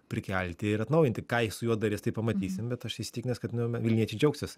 prikelti ir atnaujinti ką ji su juo daris tai pamatysim bet aš įsitikinęs kad nu me vilniečiai džiaugsis